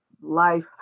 life